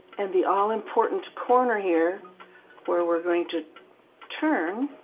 and the all-important corner here where we're going to turn